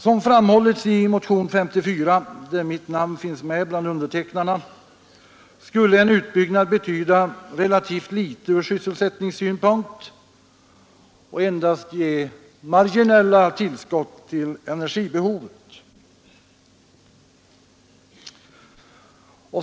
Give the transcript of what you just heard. Som framhållits i motionen 54, som jag varit med om att skriva under, skulle en utbyggnad betyda relativt litet ur sysselsättningssynpunkt och ge marginella tillskott till energibehovet.